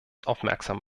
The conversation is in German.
aufmerksam